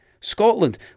Scotland